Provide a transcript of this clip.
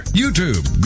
youtube